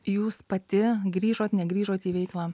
jūs pati grįžot negrįžot į veiklą